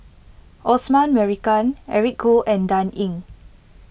Osman Merican Eric Khoo and Dan Ying